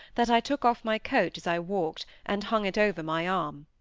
that i took off my coat as i walked, and hung it over my arm.